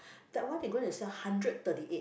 that one they going to sell hundred thirty eight